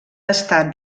estat